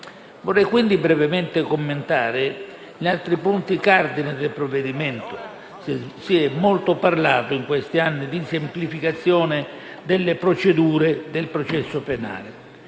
Vorrei quindi brevemente commentare gli altri punti cardine del provvedimento. Si è molto parlato negli ultimi anni di semplificazione delle procedure del processo penale: